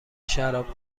شراب